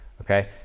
okay